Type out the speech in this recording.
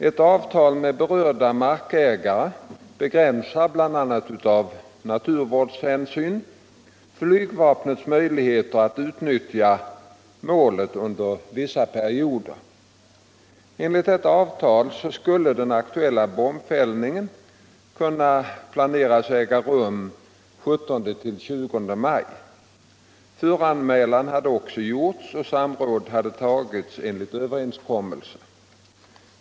Ett avtal med berörda markägare begränsar — bl.a. av naturvårdshänsyn — flygvapnets möjligheter att utnyttja målet under vissa perioder. Enligt detta avtal skulle den aktuella bombfällningen kunna planeras äga rum 17-20 maj. Föranmälan hade gjorts och samråd hade tagits enligt överenskommelse.